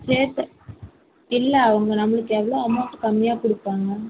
சரித்த இல்லை அவங்க நம்ளுக்கு எவ்வளோ அமௌன்ட் கம்மியாக கொடுப்பாங்க